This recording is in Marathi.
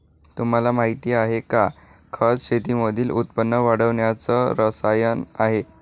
तुम्हाला माहिती आहे का? खत शेतीमधील उत्पन्न वाढवण्याच रसायन आहे